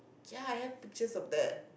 ya I have pictures of that